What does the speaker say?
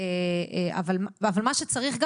אבל מה שצריך,